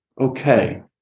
okay